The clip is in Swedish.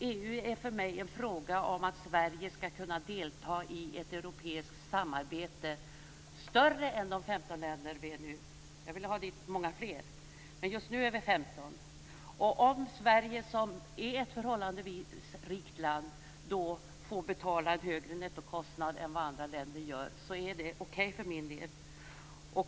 EU är för mig en fråga om att Sverige skall kunna delta i ett europeiskt samarbete som är större än de 15 länder som finns med nu. Jag vill ha dit många fler, men just nu är vi 15. Om Sverige, som är ett förhållandevis rikt land, får betala en högre nettokostnad än vad andra länder gör är det okej för min del.